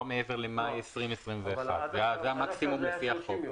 מעבר למאי 2021. זה המקסימום לפי החוק.